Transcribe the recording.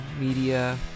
media